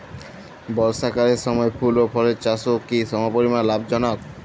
বর্ষাকালের সময় ফুল ও ফলের চাষও কি সমপরিমাণ লাভজনক?